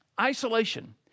Isolation